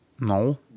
No